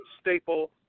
staple